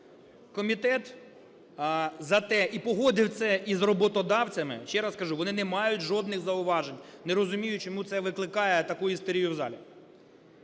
Комітет за те… і погодив це із роботодавцями, ще раз кажу, вони не мають жодних зауважень. Не розумію, чому це викликає таку істерію в залі.